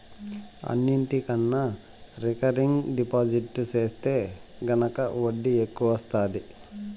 అన్నిటికన్నా recurring deposit సెత్తే గనక ఒడ్డీ ఎక్కవొస్తాది